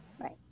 Right